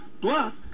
plus